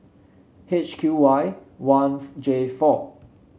H Q Y one J four